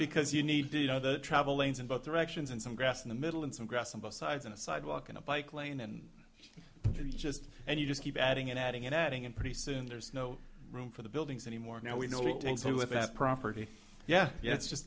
because you need to you know the travel lanes in both directions and some grass in the middle and some grass on both sides and a sidewalk and a bike lane and just and you just keep adding and adding and adding and pretty soon there's no room for the buildings anymore now we know